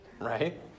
right